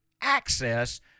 access